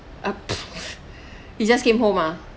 ah he just came home ah